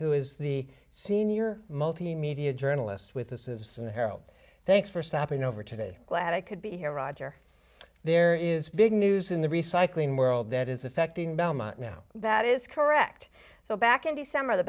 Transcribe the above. who is the senior multimedia journalist with the sieves and harold thanks for stopping over today glad i could be here roger there is big news in the recycling world that is affecting belmont now that is correct so back in december the